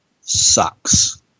sucks